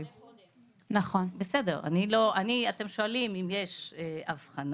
יכלו לקחת --- אתם שואלים אם יש אבחנה,